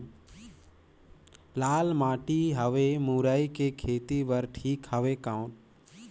लाल माटी हवे मुरई के खेती बार ठीक हवे कौन?